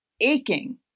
aching